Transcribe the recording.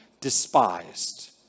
despised